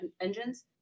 engines